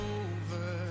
over